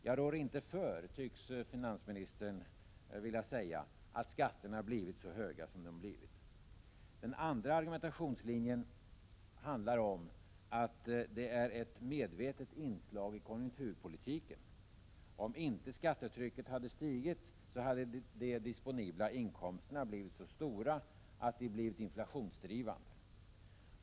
Jag rår inte för — tycks finansministern vilja säga — att skatterna blivit så höga. Den andra argumentationslinjen går ut på att det är ett medvetet inslag i konjunkturpolitiken. Om inte skattetrycket hade stigit, hade de disponibla inkomsterna blivit så stora att de blivit inflationsdrivande.